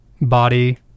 body